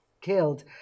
killed